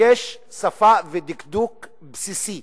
יש שפה ודקדוק בסיסי